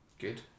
Good